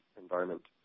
environment